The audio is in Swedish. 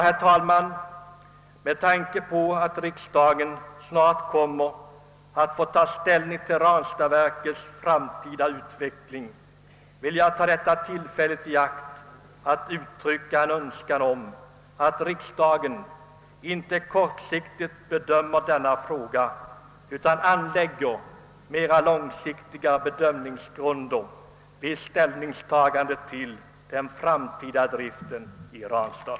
Herr talman! Med tanke på att riksdagen snart kommer att få besluta om Ranstadsverkets framtida utveckling vill jag ta detta tillfälle i akt för att uttrycka en önskan om att riksdagen inte bedömer denna fråga kortsiktigt utan anlägger mera långsiktiga bedömningsgrunder vid ställningstagandet till den framtida driften i Ranstad.